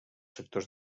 sectors